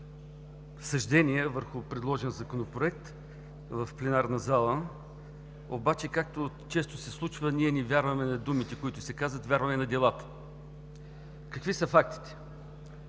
съждения върху предложен Законопроект в пленарната зала, но както често се случва, ние не вярваме на думите, които се казват, а вярваме на делата. Какви са фактите?